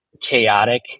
chaotic